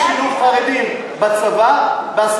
בעד